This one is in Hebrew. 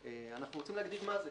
אנחנו רוצים להגדיר מה זה.